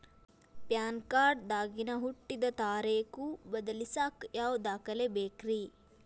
PAN card ದಾಗಿನ ಹುಟ್ಟಿದ ತಾರೇಖು ಬದಲಿಸಾಕ್ ಯಾವ ದಾಖಲೆ ಬೇಕ್ರಿ?